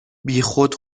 بیخود